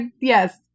yes